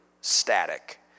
Static